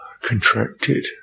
contracted